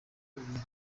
ubumenyi